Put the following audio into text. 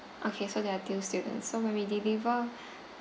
okay so there are two students so when we deliver